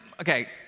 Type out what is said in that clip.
okay